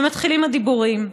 ומתחילים הדיבורים.